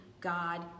God